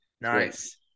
Nice